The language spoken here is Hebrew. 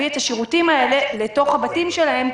את השירותים האלה אל תוך הבתים שלהם?